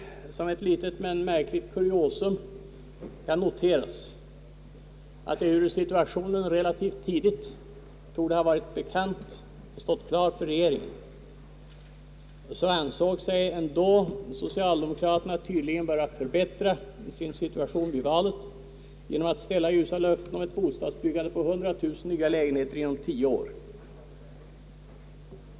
Som ett litet men märkligt kuriosum kan noteras att ehuru situationen relativt tidigt varit bekant och stått klart för regeringen, ansåg sig socialdemokraterna ändå tydligen böra förbättra sin situation inför valet genom att ställa ljusa löften om ett bostadsbyggande på 1000000 nya lägenheter inom tio år.